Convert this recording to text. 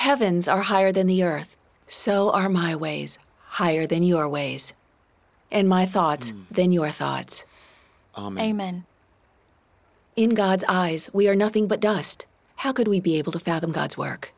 heavens are higher than the earth so are my ways higher than your ways and my thoughts then your thoughts amen in god's eyes we are nothing but dust how could we be able to fathom god's work